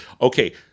okay